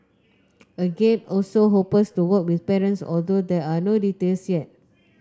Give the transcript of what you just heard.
agape also to work with parents although there are no details yet